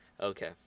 Okay